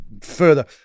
further